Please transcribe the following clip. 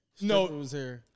No